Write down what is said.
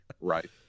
Right